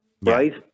right